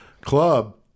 club